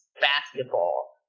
basketball